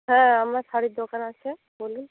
হ্যাঁ আমার শাড়ির দোকান আছে বলুন